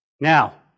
Now